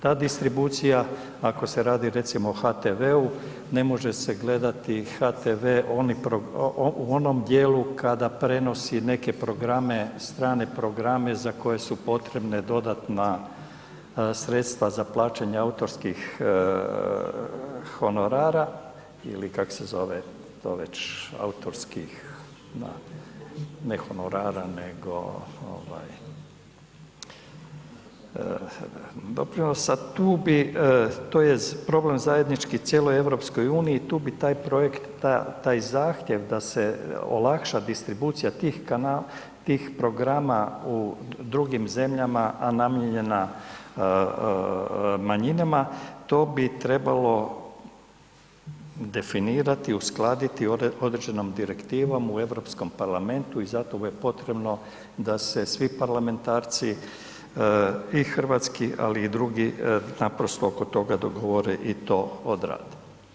Ta distribucija ako se radi recimo o HTV-u ne može se gledati HTV u onom dijelu kada prenosi neke programe, strane programe za koje su potrebna dodatna sredstva za plaćanje autorskih honorara ili kak se zove to već autorskih, da, ne honorara nego ovaj doprinosa tu bi, to je problem zajednički cijeloj EU, tu bi taj projekt, taj zahtjev da se olakša distribucija tih programa u drugim zemljama, a namijenjena manjinama to bi trebalo definirati, uskladiti određenom direktivom u Europskom parlamentu i zato je potrebno da se svi parlamentarci i hrvatski, ali i drugi naprosto oko toga dogovore i to odrade.